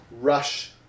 rush